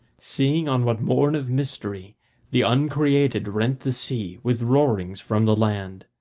seeing on what morn of mystery the uncreated rent the sea with roarings, from the land.